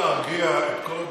אתה יכול להרגיע את כל הדוברים.